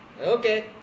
Okay